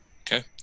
Okay